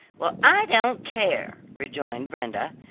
well, i don't care, rejoined brenda,